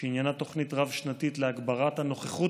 שעניינה תוכנית רב-שנתית להגברת הנוכחות